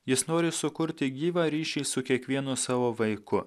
jis nori sukurti gyvą ryšį su kiekvienu savo vaiku